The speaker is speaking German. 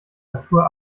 natur